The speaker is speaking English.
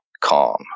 calm